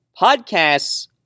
Podcasts